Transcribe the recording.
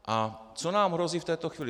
A co nám hrozí v této chvíli?